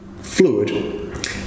fluid